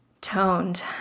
toned